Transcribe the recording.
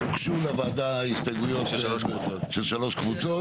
לוועדה הוגשו הסתייגויות של שלוש קבוצות.